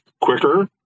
quicker